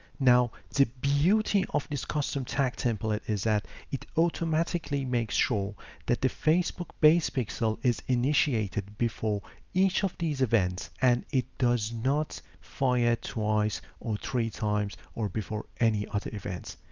now the beauty of this custom tag template is that it automatically makes sure that the facebook base pixel is initiated before each of these events and it does not fire twice or three times or before any other events.